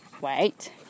Wait